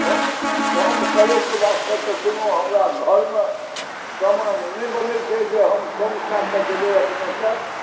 कम कम करैके वास्ते तऽ कोनो हमरा घरमे समान नहि बनै छै जे हम कम कय कऽ देबै अपनेकेँ